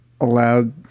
allowed